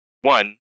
one